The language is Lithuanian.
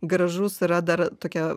gražus yra dar tokia